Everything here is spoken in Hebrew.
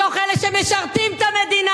מתוך אלה שמשרתים את המדינה,